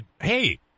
hey